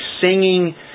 singing